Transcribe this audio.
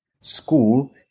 school